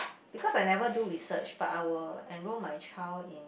because I never do research but I will enroll my child in